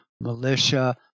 militia